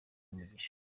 umugisha